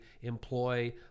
employ